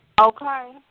Okay